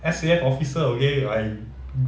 S_A_F officer okay I